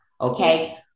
okay